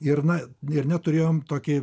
ir na ir neturėjom tokį